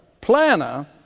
planner